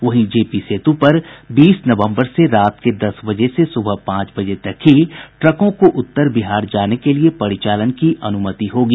वहीं जेपी सेतु पर बीस नवबंर से रात के दस बजे से सुबह पांच बजे तक ही ट्रकों को उत्तर बिहार जाने के लिये परिचालन की अनुमति होगी